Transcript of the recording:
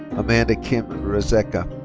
amanda kim rzeczka.